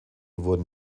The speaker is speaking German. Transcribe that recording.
wurden